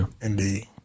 indeed